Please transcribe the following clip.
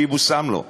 שיבושם לו,